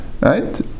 right